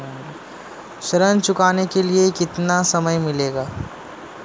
ऋण चुकाने के लिए कितना समय मिलेगा?